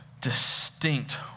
distinct